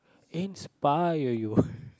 inspire you